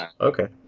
Okay